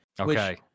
okay